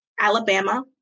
Alabama